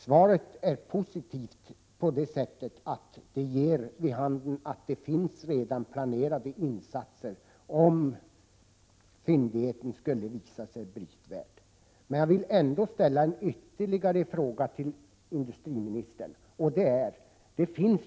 Svaret är positivt på det sättet att det ger vid handen att det redan finns planerade insatser om fyndigheten skulle visa sig brytvärd. Men jag vill ändå ställa en ytterligare fråga till industriministern.